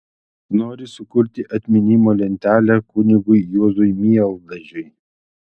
nori sukurti atminimo lentelę kunigui juozui mieldažiui